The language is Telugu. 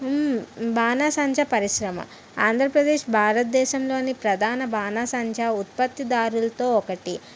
బాణసంచ పరిశ్రమ ఆంధ్రప్రదేశ్ భారతదేశంలోని ప్రధాన బాణసంచా ఉత్పత్తిదారులతో ఒకటి